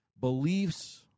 beliefs